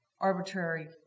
arbitrary